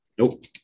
Nope